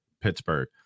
Pittsburgh